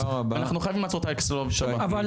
ואנחנו חייבים לעצור את אלכס סבלוביץ' הבא.